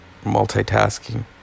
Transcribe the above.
multitasking